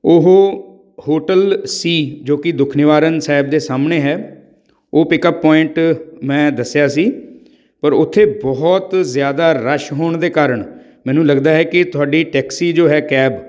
ਉਹ ਹੋਟਲ ਸੀ ਜੋ ਕਿ ਦੁਖ ਨਿਵਾਰਨ ਸਾਹਿਬ ਦੇ ਸਾਹਮਣੇ ਹੈ ਉਹ ਪਿਕਅਪ ਪੁਆਇੰਟ ਮੈਂ ਦੱਸਿਆ ਸੀ ਪਰ ਉੱਥੇ ਬਹੁਤ ਜ਼ਿਆਦਾ ਰਸ਼ ਹੋਣ ਦੇ ਕਾਰਣ ਮੈਨੂੰ ਲੱਗਦਾ ਹੈ ਕਿ ਤੁਹਾਡੀ ਟੈਕਸੀ ਜੋ ਹੈ ਕੈਬ